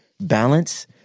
balance